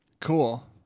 Cool